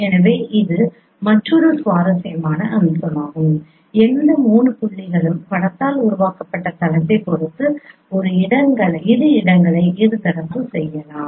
எனவே இது மற்றொரு சுவாரஸ்யமான அம்சமாகும் எந்த 3 புள்ளிகளும் படத்தால் உருவாக்கப்பட்ட தளத்தை பொறுத்து இரு இடங்களை இருதரப்பு செய்யலாம்